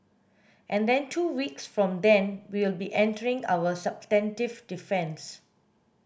and then two weeks from then we'll be entering our substantive defence